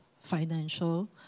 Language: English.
financial